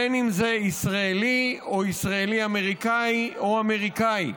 בין אם זה ישראלי או ישראלי-אמריקני או אמריקני.